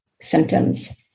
symptoms